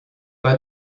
pas